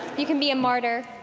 you can be a martyr,